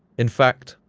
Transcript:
in fact,